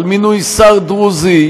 על מינוי שר דרוזי,